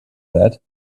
that